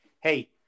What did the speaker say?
hey